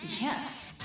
Yes